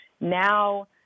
Now